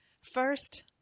First